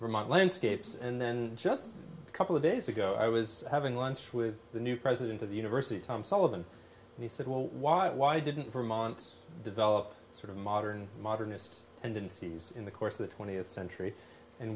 vermont landscapes and then just a couple of days ago i was having lunch with the new president of the university tom sullivan and he said well why why didn't vermont develop sort of modern modernist tendencies in the course of the twentieth century and